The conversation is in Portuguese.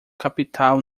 capital